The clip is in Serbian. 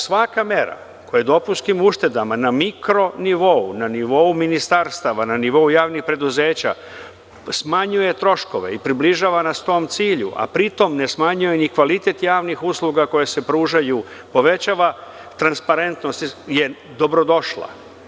Svaka mera koja dopunskim uštedama na mikro nivou, na nivou ministarstava, na nivou javnih preduzeća smanjuje troškove i približava nas tom cilju, a pri tome ne smanjuje ni kvalitet javnih usluga koje se pružaju, povećava transparentnost, je dobrodošla.